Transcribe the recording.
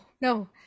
no